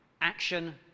Action